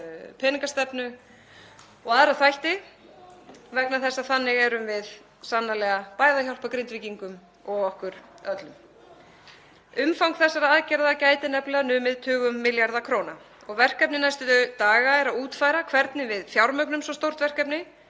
peningastefnu og aðra þætti vegna þess að þannig erum við sannarlega bæði að hjálpa Grindvíkingum og okkur öllum. Umfang þessara aðgerða gæti nefnilega numið tugum milljarða króna og verkefni næstu daga er að útfæra hvernig við fjármögnum svo stórt verkefni,